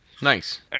Nice